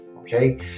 okay